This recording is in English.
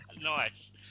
nice